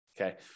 okay